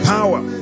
Power